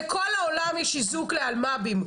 בכל העולם יש איזוק לאלמ"בים,